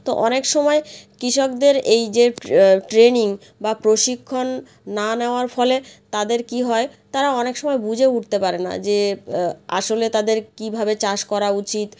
তো অনেক সময় কৃষকদের এই যে ট্রেনিং বা প্রশিক্ষণ না নেওয়ার ফলে তাদের কী হয় তারা অনেক সময় বুঝে উঠতে পারে না যে আসলে তাদের কীভাবে চাষ করা উচিত